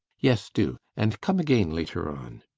yes, do and come again later on.